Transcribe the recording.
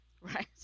Right